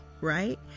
right